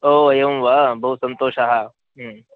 ओ एवं वा बहु सन्तोषः